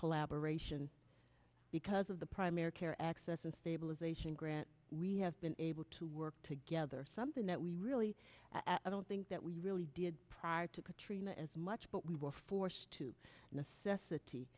collaboration because of the primary care access and stabilization grant we have been able to work together something that we really i don't think that we really did prior to katrina as much but we were forced to necessity